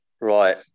Right